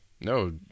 No